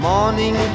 Morning